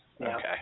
Okay